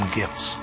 gifts